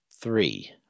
Three